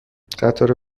قطار